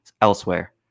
elsewhere